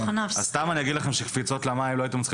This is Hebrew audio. אז אני אגיד לך שקפיצות למים לא הייתם צריכים